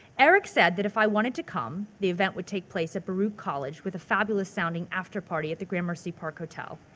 eric said that if i wanted to come, the event would take place at baruch college with a fabulous sounding after-party at the gramercy park hotel.